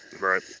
right